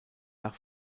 nach